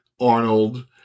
Arnold